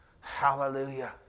Hallelujah